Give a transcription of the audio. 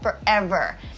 forever